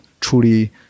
truly